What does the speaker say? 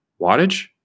wattage